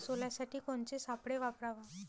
सोल्यासाठी कोनचे सापळे वापराव?